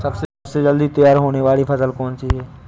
सबसे जल्दी तैयार होने वाली फसल कौन सी है?